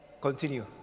continue